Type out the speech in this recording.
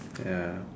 ya